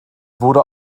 wurde